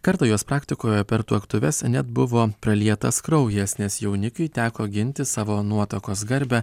kartą jos praktikoje per tuoktuves net buvo pralietas kraujas nes jaunikiui teko ginti savo nuotakos garbę